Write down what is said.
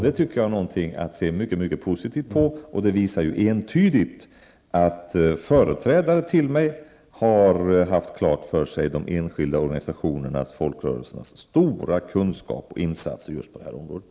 Det är något att se mycket positivt på, och det visar entydigt att mina företrädare på den här posten har haft klart för sig de enskilda organisationernas och folkrörelsernas stora kunskaper och insatser just på detta område.